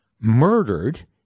murdered